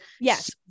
yes